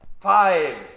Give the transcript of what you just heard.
five